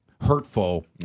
hurtful